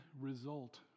result